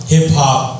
Hip-hop